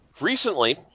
Recently